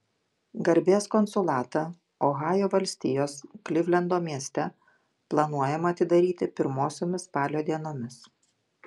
garbės konsulatą ohajo valstijos klivlendo mieste planuojama atidaryti pirmosiomis spalio dienomis